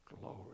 glory